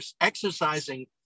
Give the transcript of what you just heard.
exercising